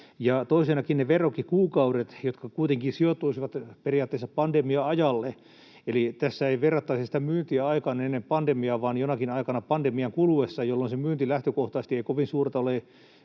toisenakin, ne verrokkikuukaudet kuitenkin sijoittuisivat periaatteessa pandemia-ajalle, eli tässä ei verrattaisi sitä myyntiä aikaan ennen pandemiaa vaan johonkin aikaan pandemian kuluessa, jolloin se myynti lähtökohtaisesti ei kovin suurta